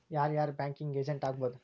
ಯಾರ್ ಯಾರ್ banking agent ಆಗ್ಬಹುದು?